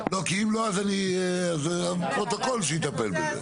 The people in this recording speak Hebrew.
אני יכול להגיד כי אם לא אז אני הפרוטוקול שיטפל בזה,